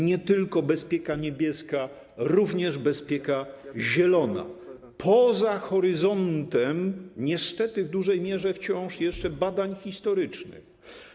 Nie tylko bezpieka niebieska, również bezpieka zielona, poza horyzontem niestety w dużej mierze wciąż jeszcze badań historycznych.